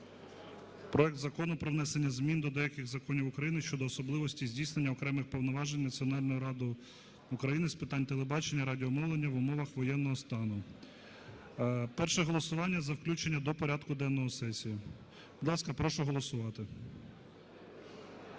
Проект Закону про внесення змін до деяких законів України щодо особливостей здійснення окремих повноважень Національною радою України з питань телебачення і радіомовлення в умовах воєнного стану. Перше голосування за включення до порядку денного сесії. Будь ласка, прошу голосувати.